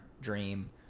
Dream